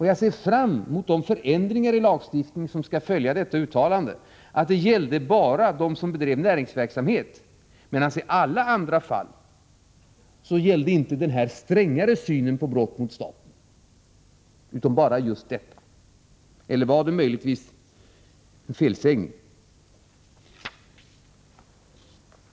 Jag ser fram mot de förändringar i lagstiftningen som skall följa detta uttalande, att den här strängare synen på brott mot staten bara gäller dem som bedriver näringsverksamhet, medan den i alla andra fall inte gäller. Var det möjligtvis en felsägning?